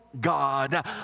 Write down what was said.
God